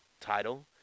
title